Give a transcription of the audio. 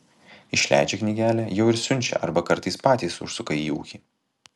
išleidžia knygelę jau ir siunčia arba kartais patys užsuka į ūkį